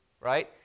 right